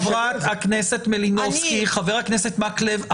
חברת הכנסת מלינובסקי וחבר הכנסת מקלב,